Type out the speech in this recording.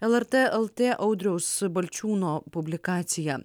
lrt lt audriaus balčiūno publikacija